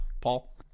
Paul